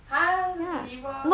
!huh! 那个 liver